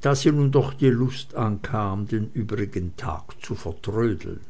da sie nun doch die lust ankam den übrigen tag zu vertrödeln